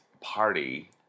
party